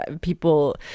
people